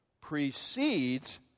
precedes